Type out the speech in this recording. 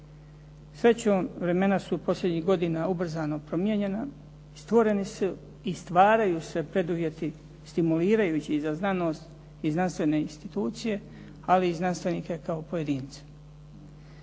Srećom, vremena su posljednjih godina ubrzano promijenjena. Stvoreni su i stvaraju se preduvjeti stimulirajući za znanost i znanstvene institucije, ali i znanstvenike kao pojedince.